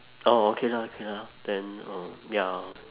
oh okay lah K lah then um ya